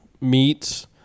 meats